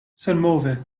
senmove